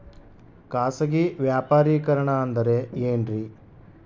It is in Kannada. ಖಾಸಗಿ ವ್ಯಾಪಾರಿಕರಣ ಅಂದರೆ ಏನ್ರಿ?